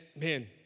man